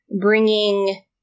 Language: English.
bringing